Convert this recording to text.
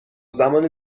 زمان